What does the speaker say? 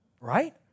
right